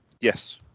yes